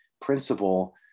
principle